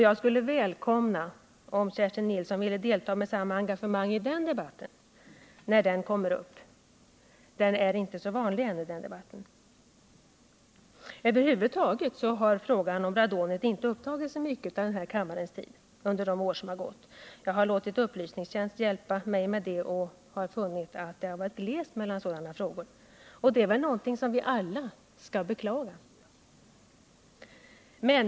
Jag skulle välkomna om Kerstin Nilsson ville delta med samma engagemang i den debatten när den kommer upp; den är ju inte så vanlig ännu. Över huvud taget har frågan om radonet inte upptagit så mycket av kammarens tid under de år som gått. Jag har låtit upplysningstjänsten hjälpa mig ta fram uppgifter och har då funnit att det varit glest med sådana frågor. Det är någonting som vi alla skall beklaga.